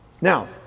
Now